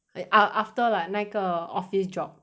ah after like 那个 office job